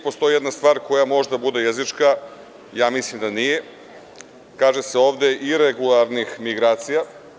Postoji jedna stvar koja možda bude jezička, ja mislim da nije, i kaže se ovde – iregularnih migracija.